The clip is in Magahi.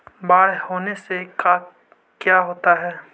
बाढ़ होने से का क्या होता है?